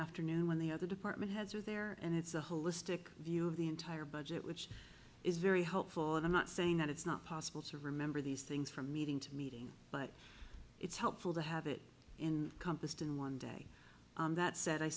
afternoon when the other department heads are there and it's a holistic view of the entire budget which is very helpful and i'm not saying that it's not possible to remember these things from meeting to meeting but it's helpful to have it in compassed in one day that s